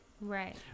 right